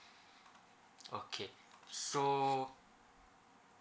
okay so